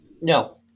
No